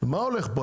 מה הולך פה?